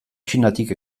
txinatik